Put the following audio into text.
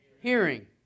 Hearing